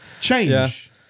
Change